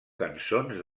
cançons